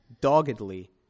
doggedly